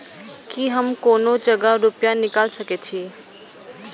की हम कोनो जगह रूपया निकाल सके छी?